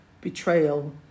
betrayal